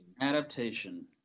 Adaptation